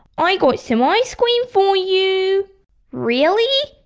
i got some ice cream for you really?